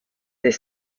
des